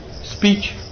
speech